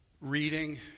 reading